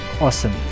awesome